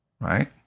Right